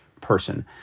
person